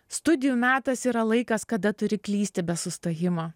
studijų metas yra laikas kada turi klysti be sustojimo